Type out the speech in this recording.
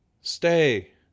Stay